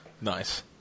Nice